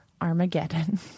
Armageddon